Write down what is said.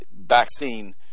vaccine